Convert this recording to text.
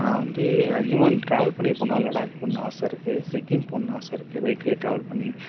நான் வந்து அதிகமாக வந்துட்டு ட்ராவல் பண்ணி போனால் லடாக் போகணுன்னு ஆசை இருக்கு சிக்கிம் போகணுன்னு ஆசை இருக்கு பைக்ல ட்ராவல் பண்ணி